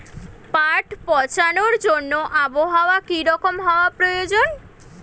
পাট পচানোর জন্য আবহাওয়া কী রকম হওয়ার প্রয়োজন?